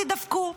תידפקו.